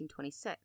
1826